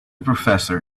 professor